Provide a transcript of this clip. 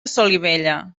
solivella